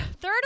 Third